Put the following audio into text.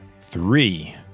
Three